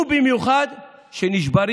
שקט.